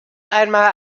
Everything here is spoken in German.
einmal